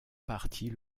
partie